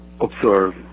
observe